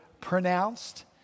pronounced